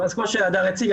אז כמו שהדר הציג,